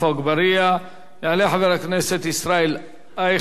יעלה חבר הכנסת ישראל אייכלר, ואחריו,